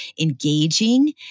engaging